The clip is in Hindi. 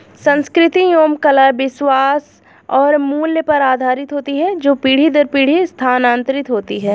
संस्कृति एवं कला विश्वास और मूल्य पर आधारित होती है जो पीढ़ी दर पीढ़ी स्थानांतरित होती हैं